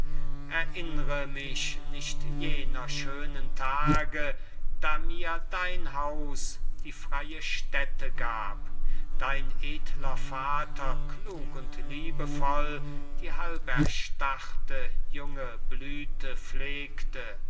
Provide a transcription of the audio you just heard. erinnre mich nicht jener schönen tage da mir dein haus die freie stätte gab dein edler vater klug und liebevoll die halberstarrte junge blüthe